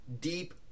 deep